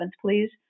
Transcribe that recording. please